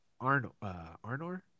Arnor